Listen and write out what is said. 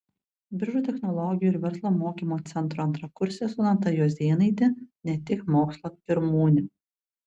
biržų technologijų ir verslo mokymo centro antrakursė sonata juozėnaitė ne tik mokslo pirmūnė